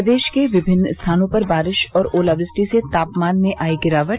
प्रदेश के विभिन्न स्थानों में बारिश और ओलावृष्टि से तापमान में आई गिरावट